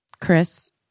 Chris